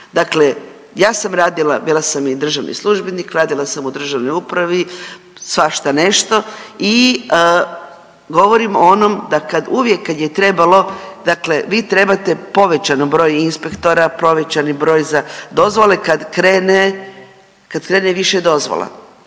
dakle ja sam radila bila sam i državni službenik, radila sam u državnoj upravi svašta nešto i govorim o onom da kad uvijek kad je trebalo dakle vi trebate povećano broj inspektora, povećani broj za dozvole kad krene, kad krene više dozvola,